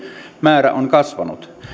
määrä on kasvanut